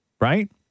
right